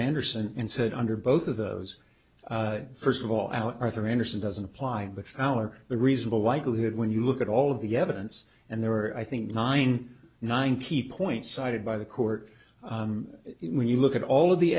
andersen and said under both of those first of all our arthur andersen doesn't apply but our the reasonable likelihood when you look at all of the evidence and there are i think nine nine key points cited by the court when you look at all of the